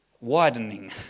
widening